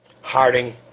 Harding